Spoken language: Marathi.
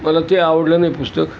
मला ते आवडलं नाही पुस्तक